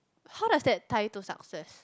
how does that tie to success